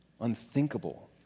unthinkable